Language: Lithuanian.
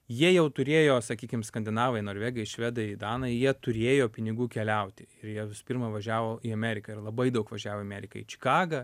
jie jau turėjo sakykim skandinavai norvegai švedai danai jie turėjo pinigų keliauti ir jie visų pirma važiavo į ameriką ir labai daug važiavo į ameriką į čikagą